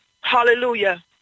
Hallelujah